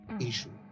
issue